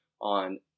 on